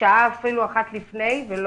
שעה לפני, אפילו.